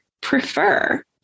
prefer